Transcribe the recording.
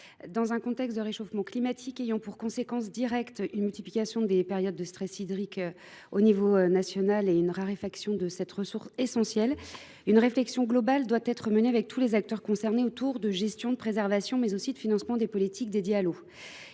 Dans un contexte de réchauffement climatique ayant pour conséquence directe une multiplication des périodes de stress hydrique à l’échelon national et une raréfaction de cette ressource essentielle, une réflexion globale doit être menée avec tous les acteurs concernés autour des enjeux de gestion, de préservation, mais aussi de financement des politiques dédiées à l’eau.